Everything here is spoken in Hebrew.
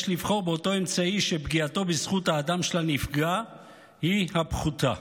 יש לבחור באותו אמצעי שפגיעתו בזכות האדם של הנפגע היא הפחותה.